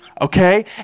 okay